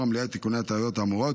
המליאה את תיקוני הטעויות האמורות.